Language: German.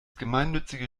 gemeinnützige